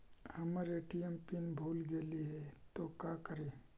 हमर ATM pin भूला गेली हे, तो का करि?